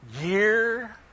Year